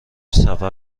سفر